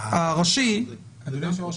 אדוני היושב-ראש,